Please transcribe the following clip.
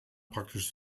praktisch